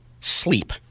sleep